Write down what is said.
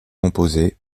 composée